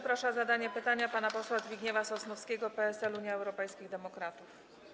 Proszę o zadanie pytania pana posła Zbigniewa Sosnowskiego, PSL - Unia Europejskich Demokratów.